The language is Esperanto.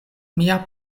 mia